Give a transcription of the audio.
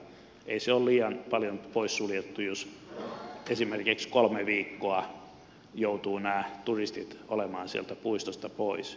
ei se ole liian paljon pois suljettu jos esimerkiksi kolme viikkoa joutuvat nämä turistit olemaan sieltä puistosta pois